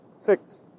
Six